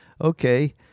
okay